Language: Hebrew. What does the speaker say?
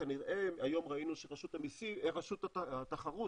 היום ראינו שרשות התחרות,